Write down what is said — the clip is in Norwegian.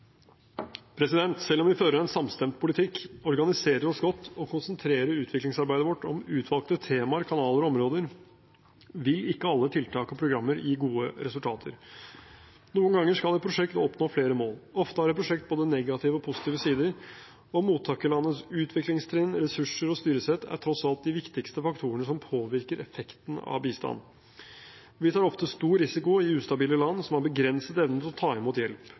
Selv om vi fører en samstemt politikk, organiserer oss godt og konsentrerer utviklingsarbeidet vårt om utvalgte temaer, kanaler og områder, vil ikke alle tiltak og programmer gi gode resultater. Noen ganger skal et prosjekt oppnå flere mål. Ofte har et prosjekt både negative og positive sider, og mottakerlandets utviklingstrinn, ressurser og styresett er tross alt de viktigste faktorene som påvirker effekten av bistand. Vi tar ofte stor risiko i ustabile land som har begrenset evne til å ta imot hjelp.